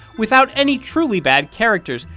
without any truly bad characters.